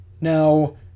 Now